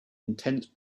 intense